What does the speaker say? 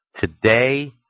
Today